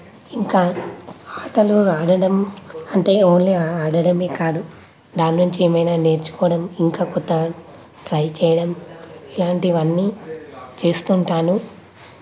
ఇంకా ఆటలు ఆడడం అంటే ఓన్లీ ఆడడమే కాదు నా నుంచి ఏమైనా నేర్చుకోవడం ఇంకా క్రొత్త ట్రై చేయడం ఇలాంటివన్నీ చేస్తుంటాను